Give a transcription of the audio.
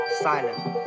silent